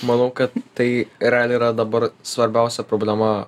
manau kad tai realiai yra dabar svarbiausia problema